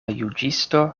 juĝisto